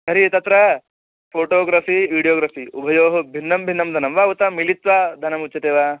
तर्हि तत्र photography videography उभयोः भिन्नं भिन्नं धनं वा उत मिलित्वा धनमुच्यते वा